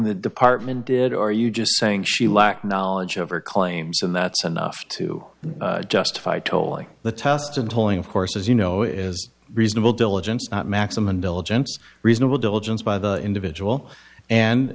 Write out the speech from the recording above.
the department did or you just saying she lacked knowledge of her claims and that's enough to justify tolling the test and tolling of course as you know is reasonable diligence maximum diligence reasonable diligence by the individual and